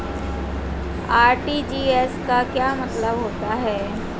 RTGS का क्या मतलब होता है?